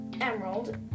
Emerald